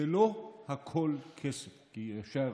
זה לא הכול כסף, כי ישר